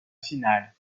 finale